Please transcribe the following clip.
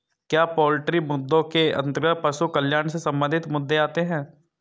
क्या पोल्ट्री मुद्दों के अंतर्गत पशु कल्याण से संबंधित मुद्दे आते हैं?